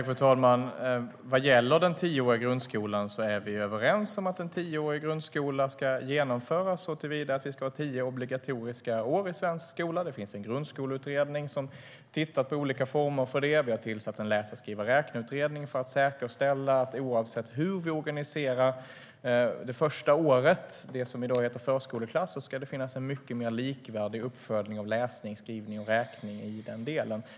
Fru talman! Vad gäller den tioåriga grundskolan är vi överens om att en tioårig grundskola ska genomföras, såtillvida att vi ska ha tio obligatoriska år i svensk skola. Det finns en grundskoleutredning som tittar på olika former för det. Vi har tillsatt en läsa-skriva-räkna-utredning för att säkerställa att oavsett hur vi organiserar det första året, det som i dag heter förskoleklass, ska det finnas en mycket mer likvärdig uppföljning av läsning, skrivning och räkning i den delen.